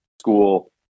school